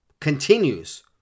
continues